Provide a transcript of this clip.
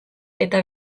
eta